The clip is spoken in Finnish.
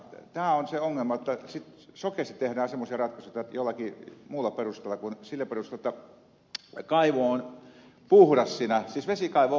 tämä on se ongelma jotta sitten sokeasti tehdään semmoisia ratkaisuja jollakin muulla perusteella kuin sillä perusteella jotta kaivo on puhdas siis vesikaivo on puhdas ei ole koskaan saastunut ei ole naapurin eikä oma kaivo saastunut